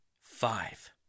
five